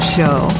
Show